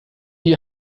die